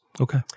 Okay